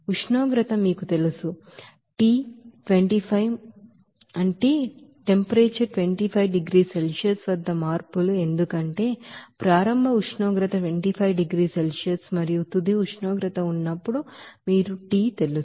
ఉష్ణోగ్రత మీకు తెలుసు T 25 మార్పులు ఎందుకంటే ప్రారంభ ఉష్ణోగ్రత 25 డిగ్రీల సెల్సియస్ మరియు తుది ఉష్ణోగ్రత ఉన్నప్పుడు మీరు T తెలుసు